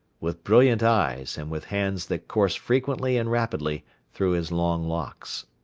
with brilliant eyes and with hands that coursed frequently and rapidly through his long locks.